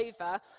over